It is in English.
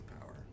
power